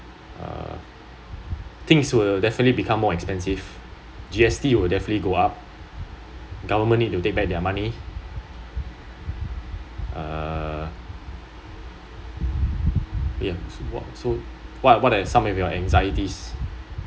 uh things will definitely become more expensive G_S_T will definitely go up government need to take back their money err yup so so what what some of your anxieties